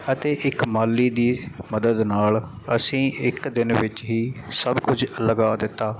ਅਤੇ ਇੱਕ ਮਾਲੀ ਦੀ ਮਦਦ ਨਾਲ ਅਸੀਂ ਇੱਕ ਦਿਨ ਵਿੱਚ ਹੀ ਸਭ ਕੁਝ ਲਗਾ ਦਿੱਤਾ